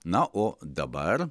na o dabar